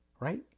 right